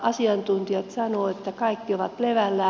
asiantuntijat sanovat että kaikki on levällään